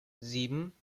sieben